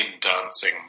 dancing